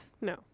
No